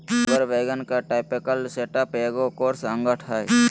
उगर वैगन का typical setup एगो कोर्स अंगठ हइ